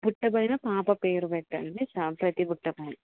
బుట్ట పైన పాప పేరు పెట్టండి ప్రతి బుట్టపైన